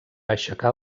aixecar